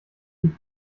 die